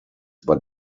but